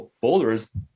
boulders